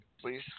Please